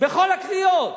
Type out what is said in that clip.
בכל הקריאות.